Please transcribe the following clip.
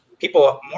people